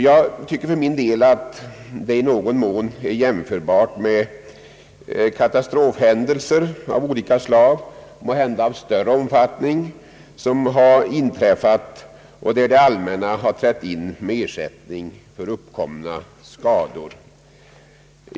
Jag tycker för min del att det i någon mån är jämförbart med katastrofhändelser av olika slag, måhända av större omfattning, som har inträffat och där det allmänna har trätt in med ersättning för uppkomna skador.